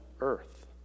earth